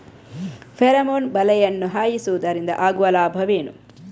Pheromone ಬಲೆಯನ್ನು ಹಾಯಿಸುವುದರಿಂದ ಆಗುವ ಲಾಭವೇನು?